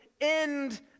end